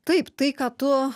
taip tai ką tu